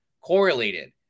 correlated